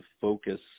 focus